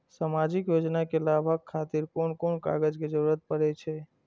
सामाजिक योजना के लाभक खातिर कोन कोन कागज के जरुरत परै छै?